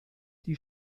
die